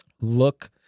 look